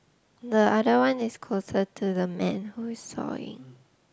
the other one is closer to the man who is sawing